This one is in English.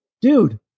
dude